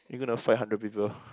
you gonna fight hundred people